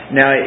now